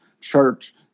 church